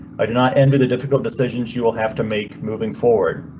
i do not enter the difficult decisions you will have to make moving forward,